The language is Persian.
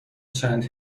چند